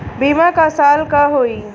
बीमा क साल क होई?